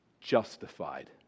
justified